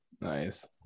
nice